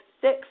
six